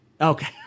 Okay